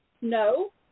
No